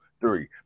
Three